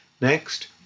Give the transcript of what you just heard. Next